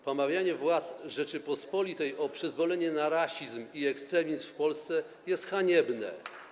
Pomawianie władz Rzeczypospolitej o przyzwolenie na rasizm i ekstremizm w Polsce jest haniebne.